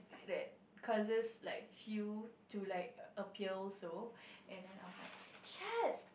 that causes like a few to like appear also and then I am like